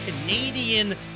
canadian